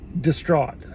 distraught